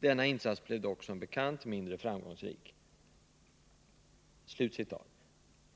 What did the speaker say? Denna insats blev dock, som bekant, mindre framgångsrik.”